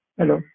hello